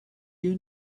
you